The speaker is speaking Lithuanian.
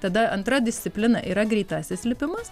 tada antra disciplina yra greitąsias lipimas